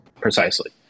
Precisely